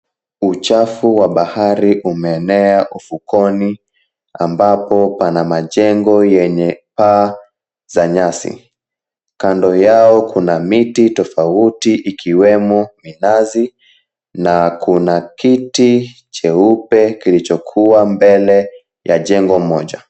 Uchafu wa bahari umeenea ufukoni ambapo pana majengo yenye paa za nyasi. Kando yao kuna miti tofauti ikiwemo minazi na kuna kiti cheupe kilichokuwa mbele ya jengo moja.